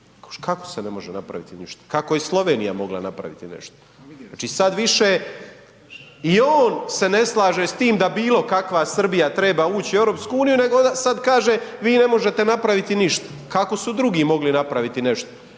Kako se ne može napraviti ništa? Kako je Slovenija mogla napraviti nešto? Znači sad više i on se ne slaže s tim da bilo kakva Srbija treba ući u EU, nego sad kaže vi ne možete napraviti ništa. Kako su drugi mogli napraviti nešto?